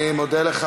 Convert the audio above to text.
אני מודה לך.